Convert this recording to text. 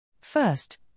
First